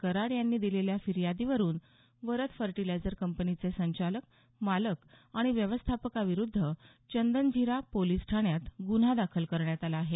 कराड यांनी दिलेल्या फिर्यादीवरून वरद फर्टिलायझर कंपनीचे संचालक मालक आणि व्यवस्थापकाविरुध्द चंदनझिरा पोलीस ठाण्यात गुन्हा दाखल करण्यात आला आहे